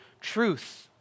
truth